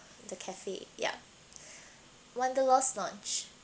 the cafe ya wanderlost lounge